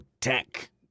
Tech